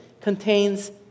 contains